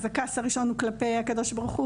אז הכעס הראשון הוא כלפי הקדוש ברוך הוא